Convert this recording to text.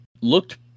looked